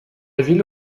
ville